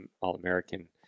All-American